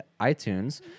iTunes